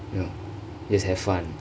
you just have fun